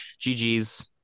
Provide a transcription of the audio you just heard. GGs